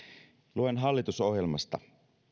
luen hallitusohjelmasta